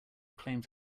claimed